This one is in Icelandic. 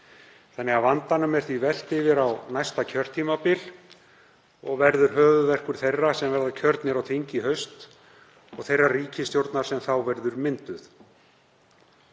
til. Vandanum er því velt yfir á næsta kjörtímabil og verður höfuðverkur þeirra sem verða kjörnir á þing í haust og þeirrar ríkisstjórnar sem þá verður mynduð.